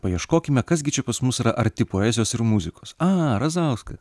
paieškokime kas gi čia pas mus yra arti poezijos ir muzikos a razauska